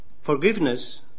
Forgiveness